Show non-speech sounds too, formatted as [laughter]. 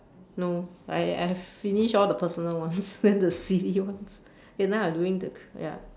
no I I've finished all the personal ones [laughs] then the silly ones okay now I doing the ya